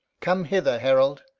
come hither, herald.